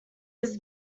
his